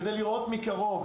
כדי לראות מקרוב.